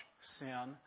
sin